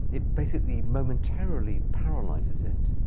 it basically momentarily paralyzes it.